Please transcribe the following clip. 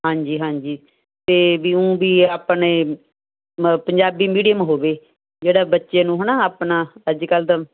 ਹਾਂਜੀ ਹਾਂਜੀ ਅਤੇ ਵੀ ਊਂ ਵੀ ਆਪਣੇ ਮਤਲਬ ਪੰਜਾਬੀ ਮੀਡੀਅਮ ਹੋਵੇ ਜਿਹੜਾ ਬੱਚੇ ਨੂੰ ਹੈ ਨਾ ਆਪਣਾ ਅੱਜ ਕੱਲ੍ਹ ਦਾ